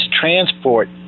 transport